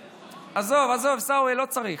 עזוב, עיסאווי, לא צריך.